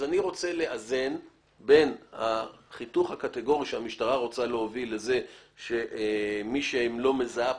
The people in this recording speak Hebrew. אני רוצה לאזן בין זה שהמשטרה רוצה לפסול את מי שהיא לא מזהה,